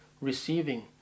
receiving